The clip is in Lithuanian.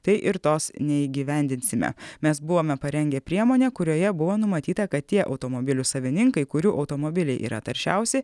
tai ir tos neįgyvendinsime mes buvome parengę priemonę kurioje buvo numatyta kad tie automobilių savininkai kurių automobiliai yra taršiausi